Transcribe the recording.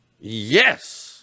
Yes